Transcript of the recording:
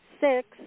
six